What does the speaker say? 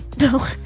No